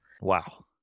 Wow